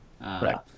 Right